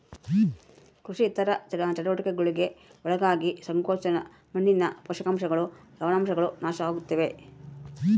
ಕೃಷಿ ಇತರ ಚಟುವಟಿಕೆಗುಳ್ಗೆ ಒಳಗಾಗಿ ಸಂಕೋಚ ಮಣ್ಣಿನ ಪೋಷಕಾಂಶಗಳು ಲವಣಾಂಶಗಳು ನಾಶ ಆಗುತ್ತವೆ